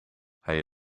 hij